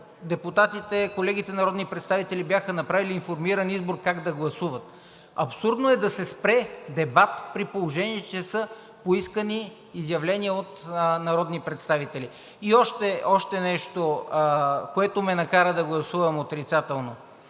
съответно колегите народни представители биха направили информиран избор как да гласуват. Абсурдно е да се спре дебат, при положение че са поискани изявления от народни представители. И още нещо, което ме накара да гласувам отрицателно.